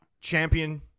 Champion